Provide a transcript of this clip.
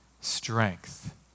strength